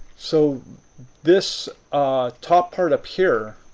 so this ah top part up here